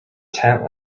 tent